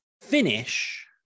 finish